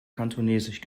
kantonesisch